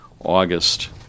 August